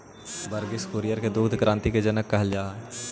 वर्गिस कुरियन के दुग्ध क्रान्ति के जनक कहल जात हई